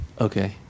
Okay